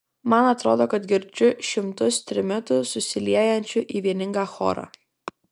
man atrodo kad girdžiu šimtus trimitų susiliejančių į vieningą chorą